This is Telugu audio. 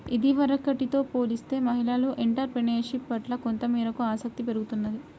ఇదివరకటితో పోలిస్తే మహిళలకు ఎంటర్ ప్రెన్యూర్షిప్ పట్ల కొంతమేరకు ఆసక్తి పెరుగుతున్నది